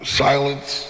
silence